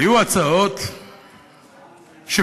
היו הצעות שקדמו,